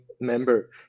member